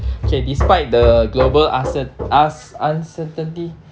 okay despite the global uncer~ uns~ uncertainty